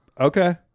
okay